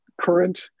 current